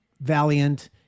Valiant